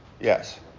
Yes